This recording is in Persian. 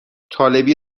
طالبی